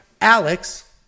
Alex